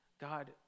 God